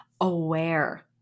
aware